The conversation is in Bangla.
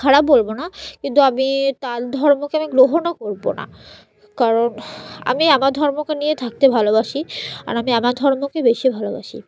খারাপ বলব না কিন্তু আমি তার ধর্মকে আমি গ্রহণও করব না কারণ আমি আমার ধর্মকে নিয়ে থাকতে ভালোবাসি আর আমি আমার ধর্মকে বেশি ভালোবাসি